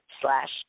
slash